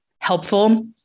helpful